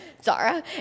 Zara